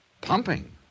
Pumping